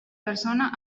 persona